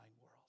world